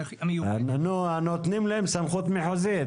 נותנים להם סמכות מחוזית.